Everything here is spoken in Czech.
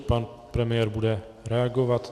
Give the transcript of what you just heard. Pan premiér bude reagovat.